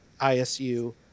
ISU